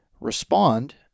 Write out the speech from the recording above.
respond